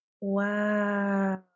Wow